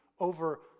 Over